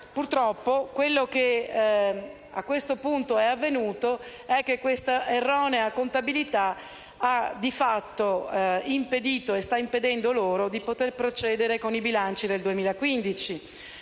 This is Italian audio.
che quello che purtroppo è avvenuto è che questa erronea contabilità ha, di fatto, impedito e sta impedendo loro di poter procedere con i bilanci del 2015,